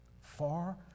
Far